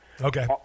Okay